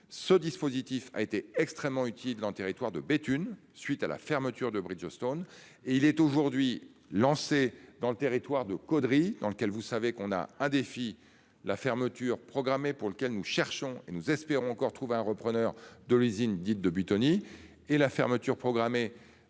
Ce dispositif a été extrêmement utile dans le territoire de Béthune suite à la fermeture de Bridgestone et il est aujourd'hui lancée dans le territoire de Caudry dans lequel vous savez qu'on a un défi. La fermeture programmée pour lequel nous cherchons et nous espérons encore trouver un repreneur de l'usine dite de Buitoni et la fermeture programmée